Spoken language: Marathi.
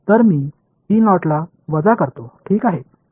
तर मी E नॉट ला वजा करतो ठीक आहे